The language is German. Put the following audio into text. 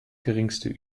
geringste